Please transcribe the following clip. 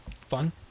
Fun